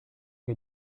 che